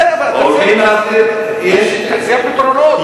בסדר, אבל תציע פתרונות.